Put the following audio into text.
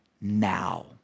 now